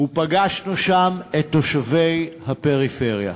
ופגשנו שם את תושבי הפריפריה,